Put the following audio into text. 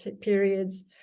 periods